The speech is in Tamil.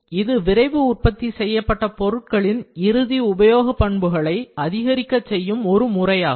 இது விரைவு உற்பத்தி செய்யப்பட்ட பொருட்களின் இறுதி உபயோக பண்புகளை அதிகரிக்கச் செய்யும் ஒரு முறையாகும்